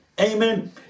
Amen